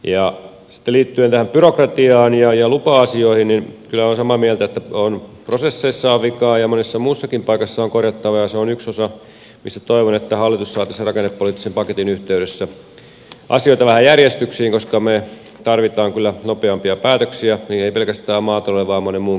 sitten liittyen tähän byrokratiaan ja lupa asioihin olen kyllä samaa mieltä että prosesseissa on vikaa ja monessa muussakin paikassa on korjattavaa ja se on yksi osa missä toivon että hallitus saa tässä rakennepoliittisen paketin yhteydessä asioita vähän järjestykseen koska me tarvitsemme kyllä nopeampia päätöksiä emme pelkästään maatalouden vaan monen muunkin elinkeinon osalta